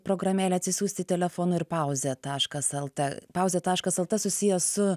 programėlę atsisiųsti telefonu ir pauzė taškas lt pauzė taškas lt susiję su